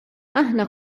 aħna